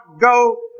go